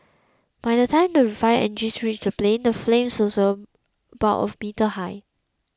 by the time the fire engines reached the plane the flames about a meter high